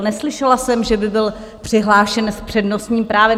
Neslyšela jsem, že by byl přihlášen s přednostním právem.